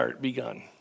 begun